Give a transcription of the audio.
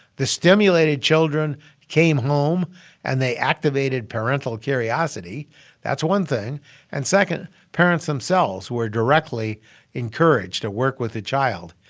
the stimulated children came home and they activated parental curiosity that's one thing and second, parents themselves were directly encouraged to work with the child.